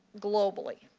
globally.